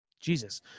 Jesus